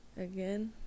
again